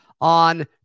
on